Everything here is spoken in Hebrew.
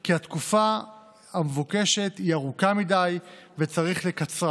כי התקופה המבוקשת היא ארוכה מדי וצריך לקצרה,